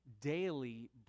daily